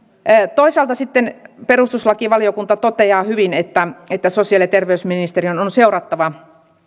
toisaalta sitten perustuslakivaliokunta toteaa hyvin että että sosiaali ja terveysministeriön on seurattava